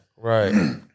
Right